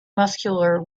muscular